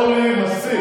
אורלי, מספיק.